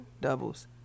doubles